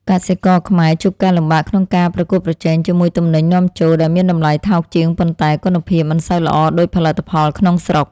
កសិករខ្មែរជួបការលំបាកក្នុងការប្រកួតប្រជែងជាមួយទំនិញនាំចូលដែលមានតម្លៃថោកជាងប៉ុន្តែគុណភាពមិនសូវល្អដូចផលិតផលក្នុងស្រុក។